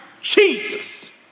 Jesus